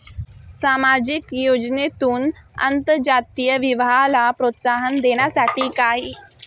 सामाजिक योजनेतून आंतरजातीय विवाहाला प्रोत्साहन देण्यासाठी काही अर्थसहाय्य दिले जाते का?